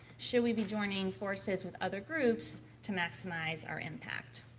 should we be joining forces with other groups to maximize our impact.